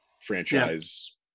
franchise